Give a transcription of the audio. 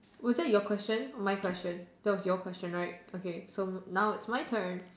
was that your question or my question that was your question right so now it's my turn